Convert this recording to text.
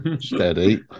steady